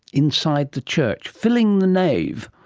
inside the church, filling the nave,